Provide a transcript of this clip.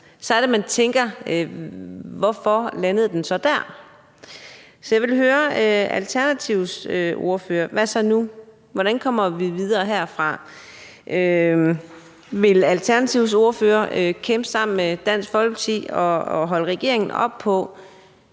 Så er det man tænker: Hvorfor landede den så der? Så jeg vil spørge Alternativets ordfører: Hvad så nu? Hvordan kommer vi videre herfra? Vil Alternativets ordfører kæmpe sammen med Dansk Folkeparti og holde regeringen op på,